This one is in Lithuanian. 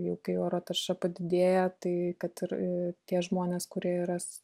jau kai oro tarša padidėja tai kad ir tie žmonės kurie yra